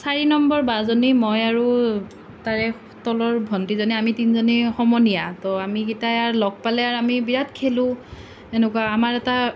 চাৰি নম্বৰ বাজনী মই আৰু তাৰে তলৰ ভণ্টিজনী আমি তিনিজনীয়ে সমনীয়া তো আমি কেইটাই আৰু লগ পালে আৰু আমি বিৰাট খেলোঁ সেনেকুৱা আমাৰ এটা